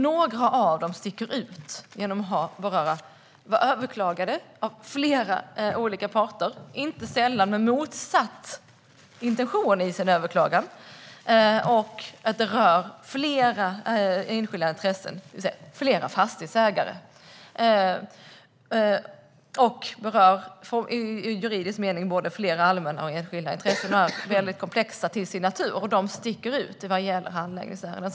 Några av dem sticker ut genom att vara överklagade av flera olika parter, inte sällan med motsatt intention i sin överklagan, och rör flera enskilda intressen, det vill säga flera fastighetsägare. De berör i juridisk mening flera allmänna och enskilda intressen och är komplexa till sin natur. De sticker ut vad gäller handläggningsärenden.